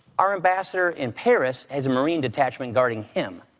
our ambassador in paris has a marine detachment guarding him.